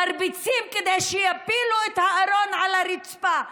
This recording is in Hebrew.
מרביצים כדי שיפילו את הארון על הרצפה.